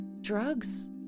Drugs